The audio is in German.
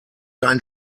dein